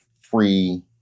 free